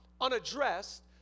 unaddressed